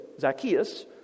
Zacchaeus